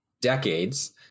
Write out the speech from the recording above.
decades